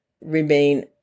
remain